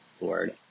Lord